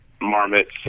marmots